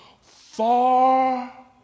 far